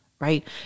right